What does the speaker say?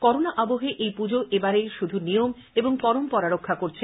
corona আবহে এই পুজো এবারে শুধু নিয়ম ও পরম্পরা রক্ষা করছে